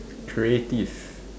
creative